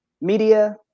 media